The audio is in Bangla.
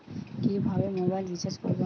কিভাবে মোবাইল রিচার্জ করব?